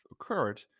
occurred